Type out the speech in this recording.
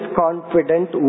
confident